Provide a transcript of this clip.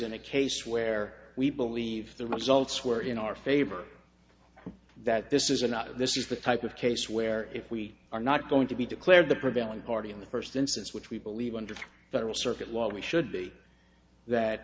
in a case where we believe the results were in our favor that this is not this is the type of case where if we are not going to be declared the prevailing party in the first instance which we believe under federal circuit law we should be that